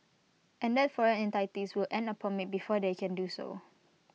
and that foreign entities will need A permit before they can do so